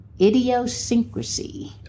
idiosyncrasy